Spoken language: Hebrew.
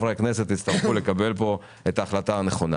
חברי הכנסת יצטרכו לקבל פה את ההחלטה הנכונה.